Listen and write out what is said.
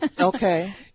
Okay